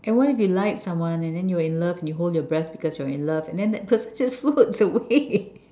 and why you like someone and then you're in love and you hold your breath because you're in love and then that person just floats away